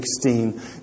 16